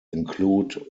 include